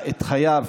חייו,